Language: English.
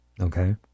Okay